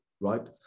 right